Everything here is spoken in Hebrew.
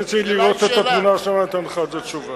אני רוצה לראות את התמונה שם, אתן לך על זה תשובה.